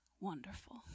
wonderful